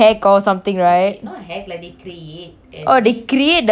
oh they create the account itself !wow! okay ya ya